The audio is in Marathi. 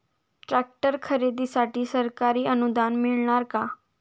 ट्रॅक्टर खरेदीसाठी सरकारी अनुदान मिळणार का?